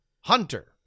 Hunter